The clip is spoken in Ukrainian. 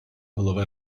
голови